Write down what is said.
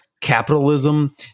capitalism